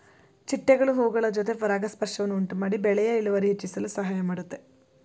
ಚಿಟ್ಟೆಗಳು ಹೂಗಳ ಜೊತೆ ಪರಾಗಸ್ಪರ್ಶವನ್ನು ಉಂಟುಮಾಡಿ ಬೆಳೆಯ ಇಳುವರಿ ಹೆಚ್ಚಿಸಲು ಸಹಾಯ ಮಾಡುತ್ತೆ